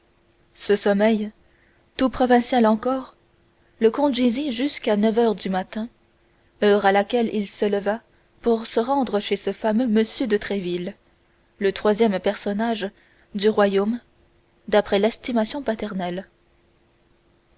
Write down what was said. ce sommeil tout provincial encore le conduisit jusqu'à neuf heures du matin heure à laquelle il se leva pour se rendre chez ce fameux m de tréville le troisième personnage du royaume d'après l'estimation paternelle